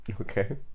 okay